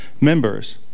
members